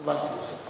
רק אחרי, הבנתי אותך.